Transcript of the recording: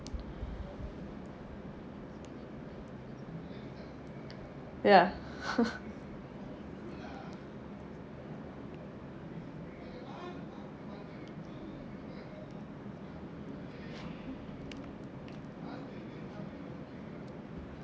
ya